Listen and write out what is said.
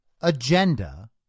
agenda